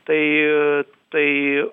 tai tai